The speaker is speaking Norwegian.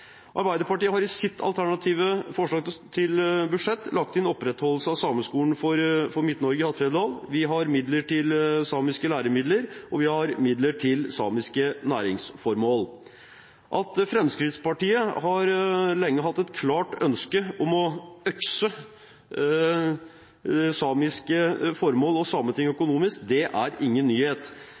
har i sitt alternative forslag til budsjett lagt inn opprettholdelse av Sameskolen for Midt-Norge i Hattfjelldal, vi har midler til samiske læremidler, og vi har midler til samiske næringsformål. At Fremskrittspartiet lenge har hatt et klart ønske om å økse samiske formål og Sametinget økonomisk, er ingen nyhet,